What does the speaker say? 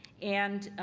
and